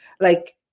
Like-